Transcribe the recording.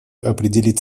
определить